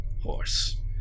horse